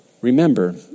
Remember